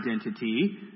identity